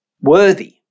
worthy